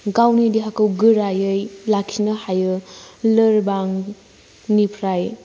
गावनि देहाखौ गोरायै लाखिनि हायो लोरबांनिफ्राय